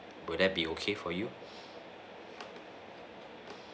will that be okay for you